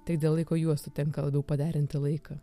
tai dėl laiko juostų tenka labiau paderinti laiką